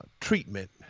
treatment